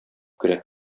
керә